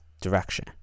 direction